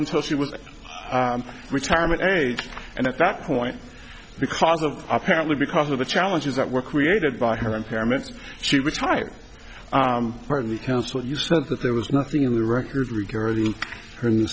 until she was retirement age and at that point because of apparently because of the challenges that were created by her impairments she retired part of the council you said that there was nothing in the records regarding her in